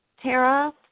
Tara